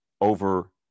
over